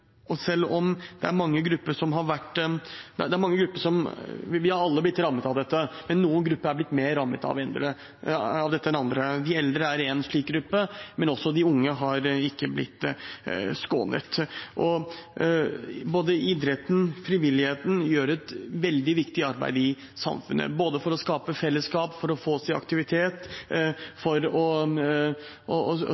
Vi har alle blitt rammet av dette, men noen grupper er blitt mer rammet enn andre. Eldre er en slik gruppe, men heller ikke de unge har blitt skånet. Både idretten og frivilligheten gjør et veldig viktig arbeid i samfunnet, både for å skape fellesskap, for å få oss i aktivitet